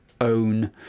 own